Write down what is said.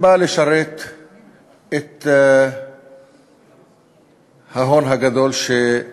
בעצם בא לשרת את ההון הגדול שהוא